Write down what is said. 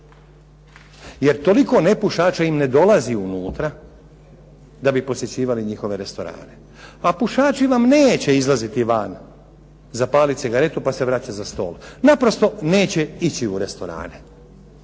Jer toliko nepušača im ne dolazi unutra da bi posjećivali njihove restorane, a pušači vam neće izlaziti van zapaliti cigaretu pa se vraćati za stol. Naprosto neće ići u restorane.